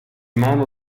mano